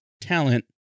talent